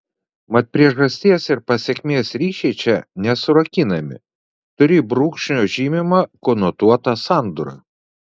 mat priežasties ir pasekmės ryšiai čia nesurakinami turi brūkšnio žymimą konotuotą sandūrą